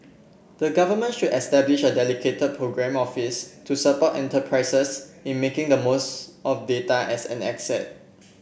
the Government should establish a dedicated programme office to support enterprises in making the most of data as an asset